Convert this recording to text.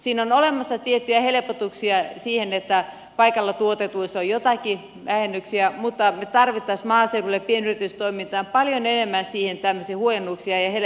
siinä on olemassa tiettyjä helpotuksia että paikalla tuotetuissa on joitakin vähennyksiä mutta me tarvitsisimme maaseudulle pienyritystoimintaan paljon enemmän tämmöisiä huojennuksia ja helpotuksia